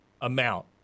amount